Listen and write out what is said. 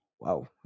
wow